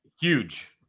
Huge